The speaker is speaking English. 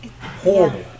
Horrible